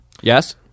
Yes